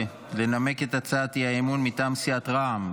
לנמק את הצעת האי-אמון מטעם סיעת רע"מ.